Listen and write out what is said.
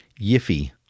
Yiffy